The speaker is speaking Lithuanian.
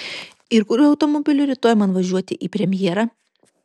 ir kuriuo automobiliu rytoj man važiuoti į premjerą